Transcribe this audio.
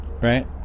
Right